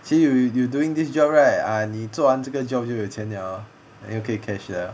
see you you doing this job right ah 你做完这个 job 就有钱了 then 又可以 cash 了